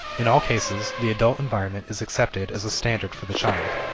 in all cases, the adult environment is accepted as a standard for the child.